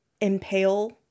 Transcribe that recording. impale